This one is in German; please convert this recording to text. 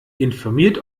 informiert